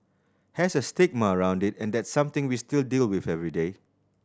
has a stigma around it and that's something we still deal with every day